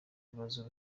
bizaba